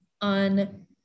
on